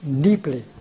deeply